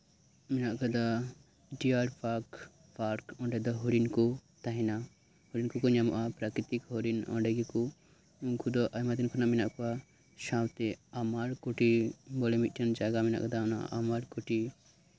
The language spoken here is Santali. ᱢᱮᱱᱟᱜ ᱟᱠᱟᱫᱟ ᱰᱤᱭᱟᱨ ᱯᱟᱨᱠ ᱯᱟᱨᱠ ᱚᱸᱰᱮ ᱫᱚ ᱦᱚᱨᱤᱱ ᱠᱚ ᱛᱟᱦᱮᱱ ᱦᱚᱨᱤᱱ ᱠᱚᱠᱚ ᱧᱟᱢᱚᱜᱼᱟ ᱯᱨᱟᱠᱨᱤᱛᱤᱠ ᱦᱚᱨᱤᱱ ᱚᱸᱰᱮ ᱜᱮᱠᱚ ᱩᱱᱠᱩ ᱫᱚ ᱟᱭᱢᱟ ᱫᱤᱱ ᱠᱷᱚᱱ ᱜᱮ ᱢᱮᱱᱟᱜ ᱠᱚᱣᱟ ᱥᱟᱶᱛᱮ ᱟᱢᱟᱨ ᱠᱩᱴᱤᱨ ᱵᱚᱞᱮ ᱢᱤᱫᱴᱟᱱ ᱡᱟᱭᱜᱟ ᱢᱮᱱᱟᱜ ᱟᱠᱟᱫᱟ ᱟᱢᱟᱨ ᱠᱩᱴᱤᱨ